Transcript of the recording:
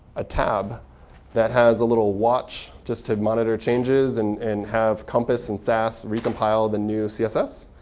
a tab that has a little watch, just to monitor changes, and and have compass and sass recompile the new css.